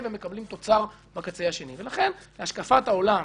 ולכן אני חושב שבין יתר הדברים שצריך לעשות כדי לתקן,